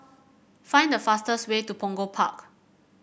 find the fastest way to Punggol Park